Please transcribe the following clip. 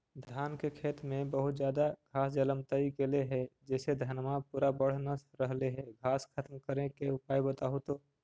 धान के खेत में बहुत ज्यादा घास जलमतइ गेले हे जेसे धनबा पुरा बढ़ न रहले हे घास खत्म करें के उपाय बताहु तो?